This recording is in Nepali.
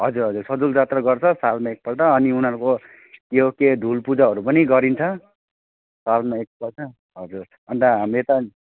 हजुर हजुर सजुल जात्रा गर्छ सालमा एकपल्ट अनि उनाीहरूको यो के धुल पूजाहरू पनि गरिन्छ सालमा एकपल्ट हजुर अनि त हाम्रो यता